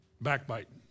backbiting